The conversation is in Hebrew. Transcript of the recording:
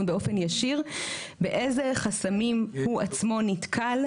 באופן ישיר באיזה חסמים הוא עצמו נתקל,